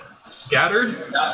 scattered